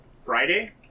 Friday